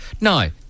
no